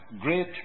great